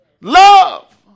Love